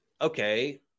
okay